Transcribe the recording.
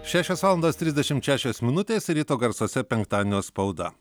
šešios valandos trisdešimt šešios minutės ryto garsuose penktadienio spauda